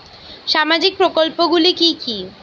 সামাজিক প্রকল্পগুলি কি কি?